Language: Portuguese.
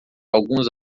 alguns